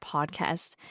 Podcast